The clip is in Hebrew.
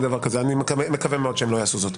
אני מקווה מאוד שהם לא יעכבו דבר שכזה.